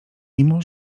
mimo